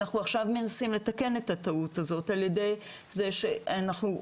אנחנו עכשיו מנסים לתקן את הטעות הזאת ע"י זה שאנחנו,